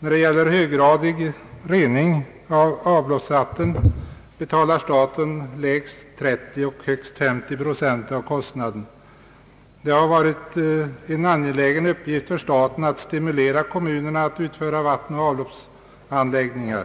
När det gäller höggradig rening av avloppsvatten betalar staten lägst 30 och högst 50 procent av kostnaden. Det har varit en angelägen uppgift för staten att stimulera kommunerna att utföra vattenoch avloppsanläggningar.